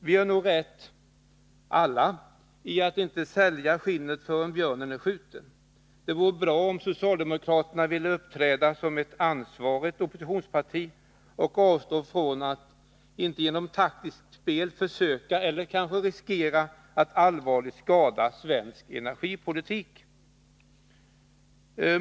Vi gör nog alla rätt i att inte sälja skinnet förrän björnen är skjuten. Det vore bra om socialdemokraterna ville uppträda som ett ansvarigt oppositionsparti och avstå från att genom taktiskt spel försöka eller riskera att allvarligt skada svensk energipolitik.